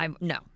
No